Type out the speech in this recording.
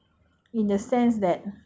mm islam is very fair in that